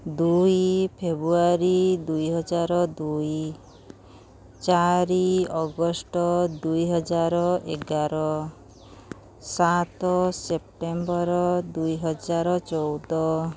ଦୁଇ ଫେବୃଆରୀ ଦୁଇହଜାର ଦୁଇ ଚାରି ଅଗଷ୍ଟ ଦୁଇହଜାର ଏଗାର ସାତ ସେପ୍ଟେମ୍ବର ଦୁଇହଜାର ଚଉଦ